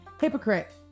Hypocrite